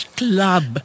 club